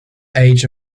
age